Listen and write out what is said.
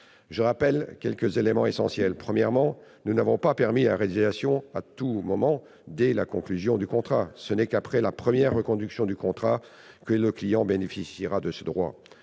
Je rappellerai quelques éléments essentiels. Tout d'abord, nous n'avons pas permis la résiliation à tout moment dès la conclusion du contrat. Ce n'est qu'après la première reconduction du contrat que le client bénéficiera de ce droit.